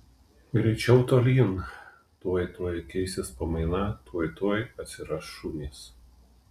greičiau tolyn tuoj tuoj keisis pamaina tuoj tuoj atsiras šunys